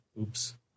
Oops